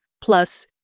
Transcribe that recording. plus